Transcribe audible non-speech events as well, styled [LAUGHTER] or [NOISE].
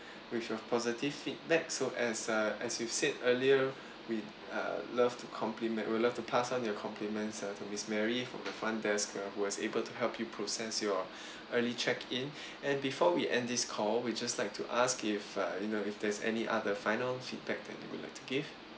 with your positive feedback so as uh as you said earlier we uh love to compliment we'll love to pass on your compliments ah to miss mary for the front desk uh who was able to help you process your [BREATH] early check in and before we end this call we just like to ask if uh you know if there's any other final feedback that you would like to give